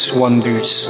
wonders